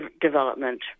development